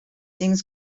things